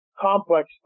complex